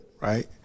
right